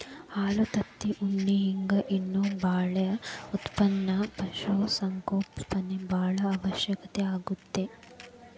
ಹಾಲು ತತ್ತಿ ಉಣ್ಣಿ ಹಿಂಗ್ ಇನ್ನೂ ಬಾಳ ಉತ್ಪನಕ್ಕ ಪಶು ಸಂಗೋಪನೆ ಬಾಳ ಅವಶ್ಯ ಆಗೇತಿ